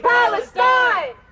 Palestine